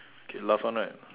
give laugh on that